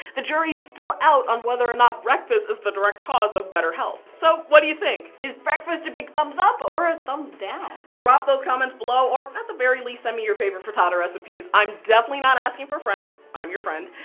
the jury's still out on whether or not breakfast is the direct cause of better health. so, what do you think? is breakfast a big thumbs up or a thumbs down? drop those comments below, or at the very least send me your favorite frittata recipes. i'm definitely not asking for a friend. i'm your friend.